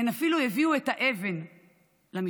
הן אפילו הביאו את האבן למשטרה,